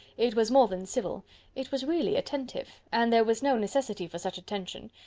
it was more than civil it was really attentive and there was no necessity for such attention.